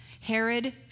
Herod